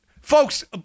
Folks